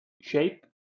shape